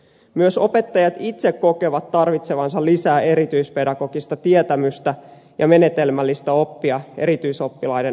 myös opettajat itse kokevat tarvitsevansa lisää erityispedagogista tietämystä ja menetelmällistä oppia erityisoppilaiden opettamiseen